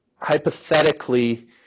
hypothetically